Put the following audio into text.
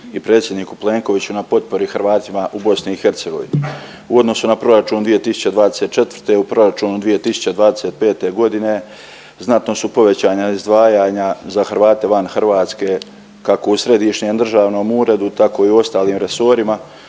i predsjedniku Plenkoviću na potpori Hrvatima u BiH. U odnosu na proračun 2024. u proračunu 2025.g. znatno su povećana izdvajanja za Hrvate van Hrvatske kako u Središnjem državnom uredu tako i u ostalim resorima